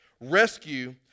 rescue